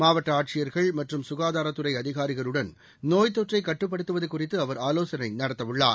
மாவட்ட ஆட்சியர்கள் மற்றும் சுகாதாரத்துறை அதிகாரிகளுடன் நோய்த் தொற்றை கட்டுப்படுத்துவது குறித்து அவர் ஆலோசனை நடத்தவுள்ளார்